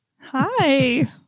Hi